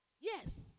Yes